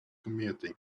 commuting